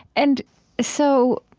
and so